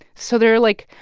so there are, like,